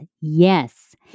yes